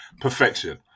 Perfection